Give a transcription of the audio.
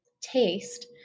Taste